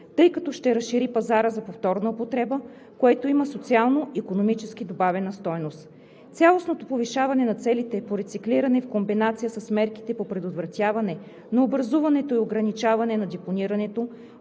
тъй като ще разшири пазара за повторна употреба, което има социално-икономическа добавена стойност. Цялостното повишаване на целите по рециклиране в комбинация с мерките по предотвратяването на образуването и ограничаването на депонирането